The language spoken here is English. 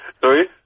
Sorry